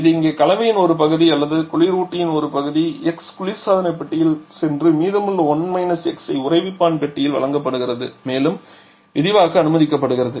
இது இங்கே கலவையின் ஒரு பகுதி அல்லது குளிரூட்டியின் ஒரு பகுதி x குளிர்சாதன பெட்டியில் சென்று மீதமுள்ள ஐ உறைவிப்பான் பெட்டியில் வழங்கப்படுவதற்கு மேலும் விரிவாக்க அனுமதிக்கப்படுகிறது